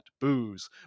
booze